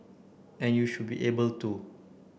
and you should be able to